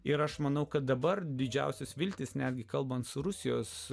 ir aš manau kad dabar didžiausias viltis netgi kalbant su rusijos